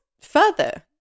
further